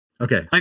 Okay